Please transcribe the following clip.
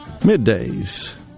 middays